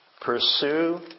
Pursue